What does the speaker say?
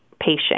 patient